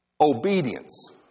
Obedience